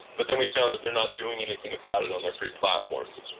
but then we found that they're not doing anything about it on their free platforms.